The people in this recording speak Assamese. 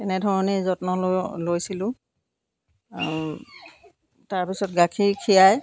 তেনেধৰণেই যত্ন ল লৈছিলোঁ আৰু তাৰপিছত গাখীৰ খিৰাই